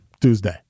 Tuesday